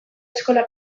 eskola